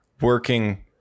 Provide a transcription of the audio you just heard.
working